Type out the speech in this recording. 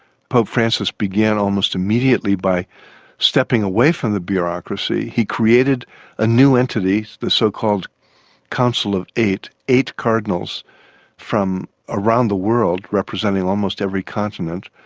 pope francis began almost immediately by stepping away from the bureaucracy. he created a new entity, the so-called council of eight, eight cardinals from around the world representing almost every continent,